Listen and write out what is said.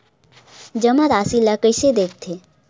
जमा राशि ला कइसे देखथे?